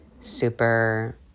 super